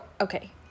okay